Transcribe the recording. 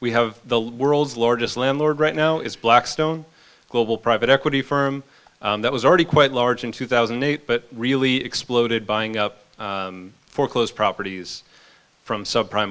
we have the world's largest landlord right now is blackstone global private equity firm that was already quite large in two thousand and eight but really exploded buying up foreclosed properties from subprime